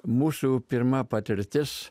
mūsų pirma patirtis